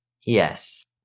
yes